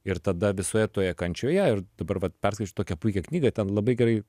ir tada visoje toje kančioje ir dabar vat perskaičiau tokią puikią knygą ten labai gerai